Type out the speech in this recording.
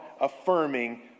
affirming